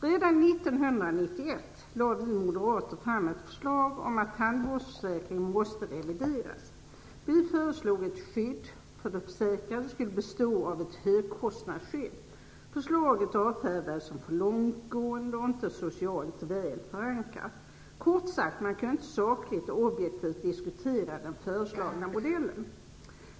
Redan 1991 lade vi moderater fram ett förslag om att tandvårdsförsäkringen skulle revideras. Vi föreslog att skyddet för de försäkrade skulle bestå av ett högkostnadsskydd. Förslaget avfärdades som för långtgående och inte socialt väl förankrat. Kort sagt: Man kunde inte sakligt och objektivt diskutera den föreslagna modellen.